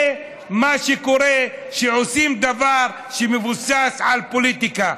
זה מה שקורה כשעושים דבר שמבוסס על פוליטיקה.